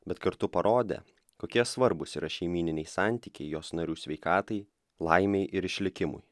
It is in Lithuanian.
bet kartu parodė kokie svarbūs yra šeimyniniai santykiai jos narių sveikatai laimei ir išlikimui